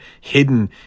hidden